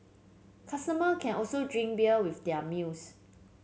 customer can also drink beer with their meals